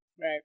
Right